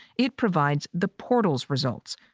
it provides the portals results.